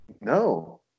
No